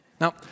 Now